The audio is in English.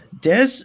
Des